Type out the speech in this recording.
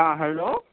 ہاں ہیلو